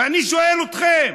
ואני שואל אתכם,